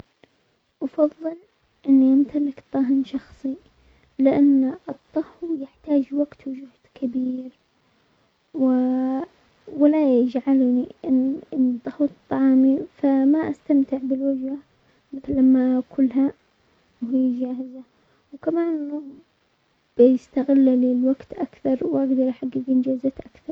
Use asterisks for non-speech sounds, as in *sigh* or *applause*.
افضل اني امتلك طاه شخصي، لان الطهو يحتاج وقت وجهد كبير، و-ولا يجعلني ان *hesitation* ان طهيت طعامي فما استمتع بالوجبه مثل لما اكلها وهي جاهزة، وكمان انه بيستغل لي الوقت اكثر واقدر احقق انجازات اكثر.